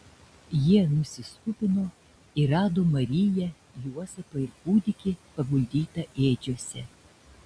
jie nusiskubino ir rado mariją juozapą ir kūdikį paguldytą ėdžiose